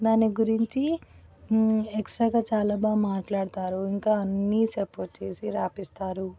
దాని గురించి ఎక్స్ట్రాగా చాలా బాగా మాట్లాడతారు ఇంకా అన్నీ సపోర్ట్ చేసి రాపిస్తారు